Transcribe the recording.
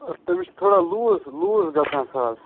تٔمِس چھِ تھوڑا لوٗز لوٗز گَژھان سۄ حظ